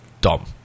Dom